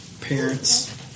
parents